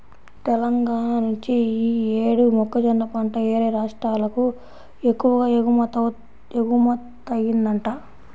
తెలంగాణా నుంచి యీ యేడు మొక్కజొన్న పంట యేరే రాష్ట్రాలకు ఎక్కువగా ఎగుమతయ్యిందంట